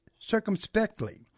circumspectly